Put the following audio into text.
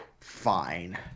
fine